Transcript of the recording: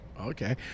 okay